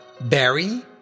Barry